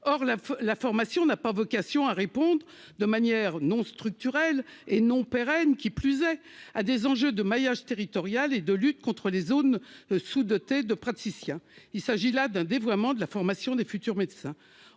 Or la formation n'a pas vocation à répondre de manière non structurelle et, qui plus est, non pérenne à des enjeux de maillage territorial et de lutte contre les zones sous-dotées en praticiens. Il s'agit là d'un dévoiement de la formation des futurs médecins.